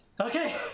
Okay